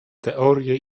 teorie